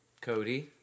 Cody